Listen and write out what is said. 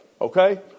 okay